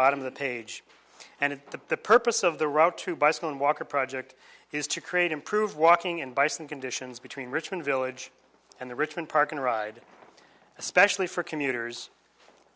bottom of the page and the purpose of the road to bicycle and walker project is to create improve walking and bison conditions between richmond village and the richmond park and ride especially for commuters